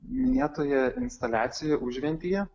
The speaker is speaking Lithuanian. minėtoje instaliacijoje užventyje